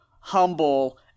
Humble